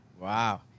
Wow